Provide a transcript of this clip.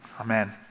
Amen